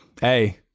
Hey